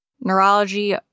neurology